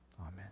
Amen